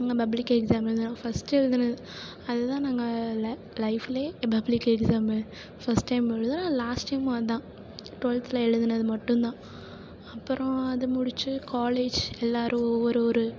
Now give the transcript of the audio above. அங்கே public exam எழுதுனோம் first எழுதுனது அங்கே அதுதான் நாங்கள் ல லைஃபில் எக்ஸாம் ஃபர்ஸ்ட் டைம் எழுதுறோம் லாஸ்ட் டைமும் அதுதான் டுவெல்த்தில் எழுதுனது மட்டுந்தான் அப்பறம் அது முடித்து காலேஜ் எல்லோரும் ஒவ்வொரு ஒரு